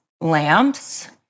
lamps